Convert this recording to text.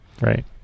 Right